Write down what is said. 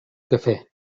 quefer